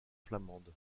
flamande